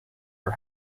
are